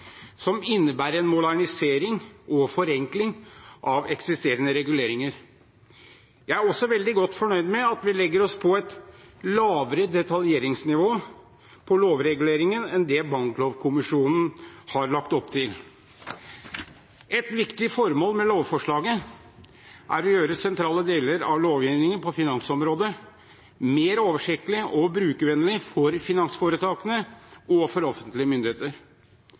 som innebærer en modernisering og forenkling av eksisterende reguleringer. Jeg er også veldig godt fornøyd med at vi legger oss på et lavere detaljeringsnivå på lovreguleringen enn det Banklovkommisjonen har lagt opp til. Et viktig formål med lovforslaget er å gjøre sentrale deler av lovgivningen på finansområdet mer oversiktlig og brukervennlig for finansforetakene og for offentlige myndigheter.